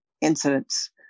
incidents